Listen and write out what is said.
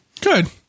Good